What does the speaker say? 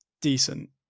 decent